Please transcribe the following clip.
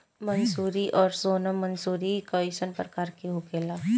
मंसूरी और सोनम मंसूरी कैसन प्रकार होखे ला?